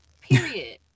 Period